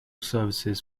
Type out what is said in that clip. services